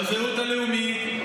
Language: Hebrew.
בזהות הלאומית,